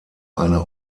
eine